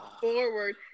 forward